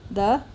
the